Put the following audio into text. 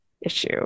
issue